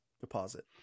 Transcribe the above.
deposit